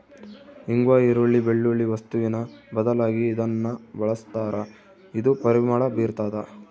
ಇಂಗ್ವಾ ಈರುಳ್ಳಿ, ಬೆಳ್ಳುಳ್ಳಿ ವಸ್ತುವಿನ ಬದಲಾಗಿ ಇದನ್ನ ಬಳಸ್ತಾರ ಇದು ಪರಿಮಳ ಬೀರ್ತಾದ